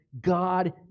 God